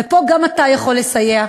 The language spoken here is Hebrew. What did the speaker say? ופה גם אתה יכול לסייע,